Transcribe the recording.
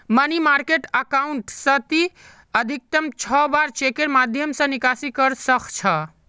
money market account स ती अधिकतम छह बार चेकेर माध्यम स निकासी कर सख छ